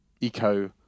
eco